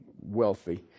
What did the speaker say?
wealthy